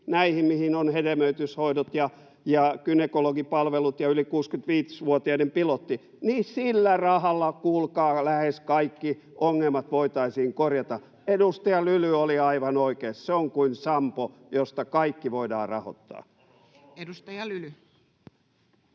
näihin hedelmöityshoitoihin ja gynekologipalveluihin ja yli 65-vuotiaiden pilottiin, niin sillä rahalla, kuulkaa, lähes kaikki ongelmat voitaisiin korjata. Edustaja Lyly oli aivan oikeassa: se on kuin sampo, josta kaikki voidaan rahoittaa. Edustaja Lyly.